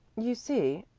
you see,